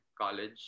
college